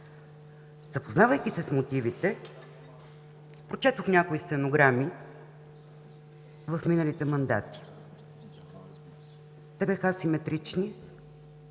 Запознавайки се с мотивите, прочетох някои стенограми от миналите мандати. Те бяха асиметрични,